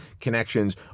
connections